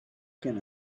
can